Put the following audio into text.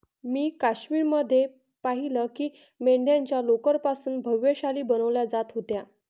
मी काश्मीर मध्ये पाहिलं की मेंढ्यांच्या लोकर पासून भव्य शाली बनवल्या जात होत्या